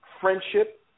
friendship